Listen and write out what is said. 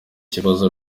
kibazo